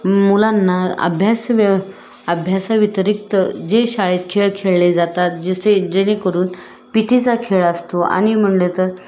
मुलांना अभ्यास व्य अभ्यासाव्यतिरिक्त जे शाळेत खेळ खेळले जातात जसे जेणेकरून पी टीचा खेळ असतो आणि म्हटले तर